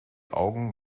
augen